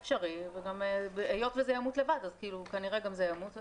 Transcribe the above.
אפשרי, והיות וזה ימות לבד אז כנראה גם זה ימות.